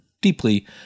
deeply